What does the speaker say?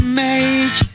make